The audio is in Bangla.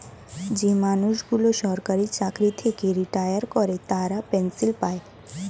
যে মানুষগুলো সরকারি চাকরি থেকে রিটায়ার করে তারা পেনসন পায়